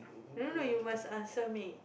no no no you must answer me